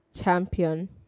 champion